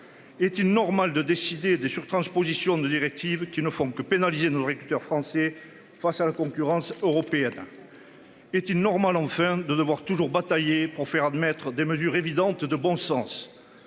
Est-il normal de décider des sur-transpositions de directives qui ne font que pénaliser nos réacteur français face à la concurrence européenne. Est-il normal enfin de devoir toujours, bataillé pour faire admettre des mesures évidentes de bon sens.